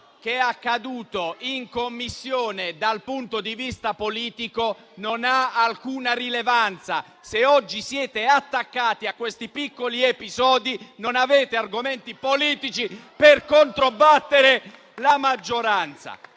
che è accaduto in Commissione dal punto di vista politico non ha alcuna rilevanza. Se oggi siete attaccati a questi piccoli episodi non avete argomenti politici per controbattere alla maggioranza.